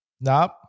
Nope